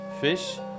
fish